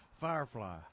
firefly